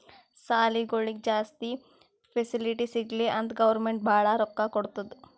ಸಾಲಿಗೊಳಿಗ್ ಜಾಸ್ತಿ ಫೆಸಿಲಿಟಿ ಸಿಗ್ಲಿ ಅಂತ್ ಗೌರ್ಮೆಂಟ್ ಭಾಳ ರೊಕ್ಕಾ ಕೊಡ್ತುದ್